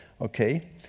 Okay